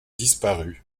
disparu